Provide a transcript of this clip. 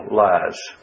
lies